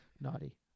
Naughty